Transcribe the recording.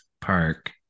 Park